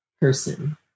Person